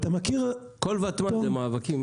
כל ותמ"ל זה מאבקים.